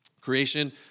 Creation